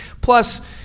Plus